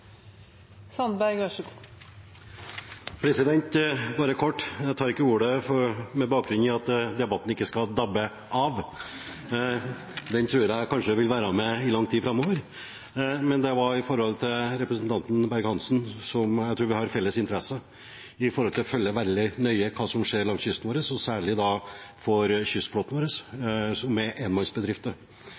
Bare kort: Jeg tar ikke ordet for at debatten ikke skal dabbe av. Den tror jeg kanskje vil være med i lang tid framover. Men det var med tanke på innlegget til representanten Berg-Hansen – jeg tror vi har felles interesser når det gjelder å følge veldig nøye med på hva som skjer langs kysten vår, og særlig for kystflåten, som består av enmannsbedrifter.